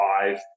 five